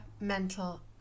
mental